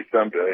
someday